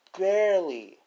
barely